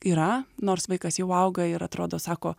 yra nors vaikas jau auga ir atrodo sako